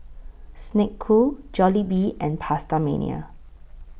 Snek Ku Jollibee and PastaMania